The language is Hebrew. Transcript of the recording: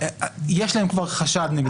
יש להם כבר חשד נגדו,